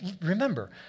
remember